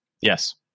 Yes